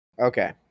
Okay